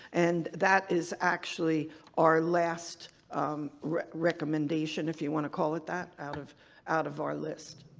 and that is actually our last recommendation if you want to call it that out of out of our list.